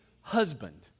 husband